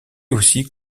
aussi